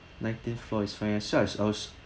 nineteenth floor is fine I'll set as yours